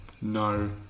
no